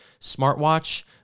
smartwatch